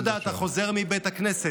תודה רבה.